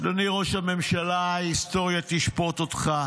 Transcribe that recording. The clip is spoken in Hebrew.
אדוני ראש הממשלה, ההיסטוריה תשפוט אותך